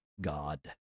God